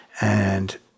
And-